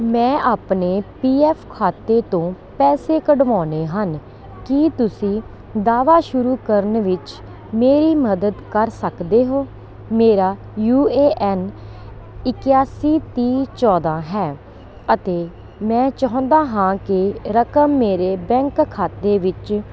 ਮੈਂ ਆਪਣੇ P F ਖਾਤੇ ਤੋਂ ਪੈਸੇ ਕਢਵਾਉਣੇ ਹਨ ਕੀ ਤੁਸੀਂ ਦਾਅਵਾ ਸ਼ੁਰੂ ਕਰਨ ਵਿੱਚ ਮੇਰੀ ਮਦਦ ਕਰ ਸਕਦੋ ਹੋ ਮੇਰਾ ਯੂ ਏ ਐੱਨ ਇਕਾਸੀ ਤੀਹ ਚੌਦਾਂ ਹੈ ਅਤੇ ਮੈਂ ਚਾਹੁੰਦਾ ਹਾਂ ਕਿ ਰਕਮ ਮੇਰੇ ਬੈਂਕ ਖਾਤੇ ਵਿੱਚ